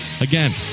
Again